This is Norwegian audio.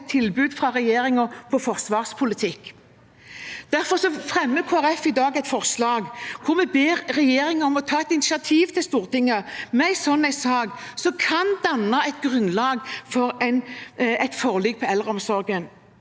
tilbud fra regjeringen på forsvarspolitikk. Derfor fremmer Kristelig Folkeparti i dag et forslag hvor vi ber regjeringen om å ta et initiativ overfor Stortinget med en slik sak, som kan danne et grunnlag for et forlik innen eldreomsorgen.